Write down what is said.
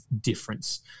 difference